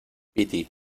piti